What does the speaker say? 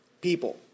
people